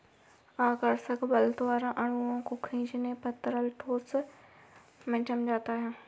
आकर्षक बल द्वारा अणुओं को खीचने पर तरल ठोस में जम जाता है